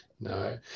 No